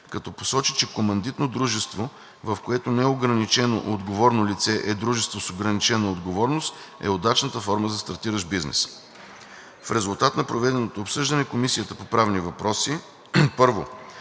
като посочи, че Командитно дружество, в което неограничено отговорното лице е дружество с ограничена отговорност, е удачната форма за стартиращ бизнес. В резултат на проведеното обсъждане Комисията по правни въпроси: Първо,